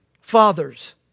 Fathers